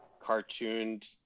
cartooned